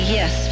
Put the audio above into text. yes